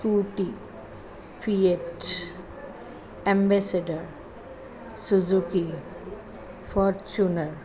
scooty Fiat ambassador Suzuki Fortuner